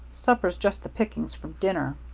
supper's just the pickings from dinner.